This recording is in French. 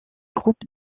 groupe